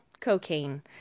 Cocaine